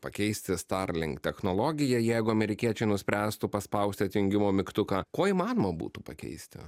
pakeisti starlink technologiją jeigu amerikiečiai nuspręstų paspausti atjungimo mygtuką kuo įmanoma būtų pakeisti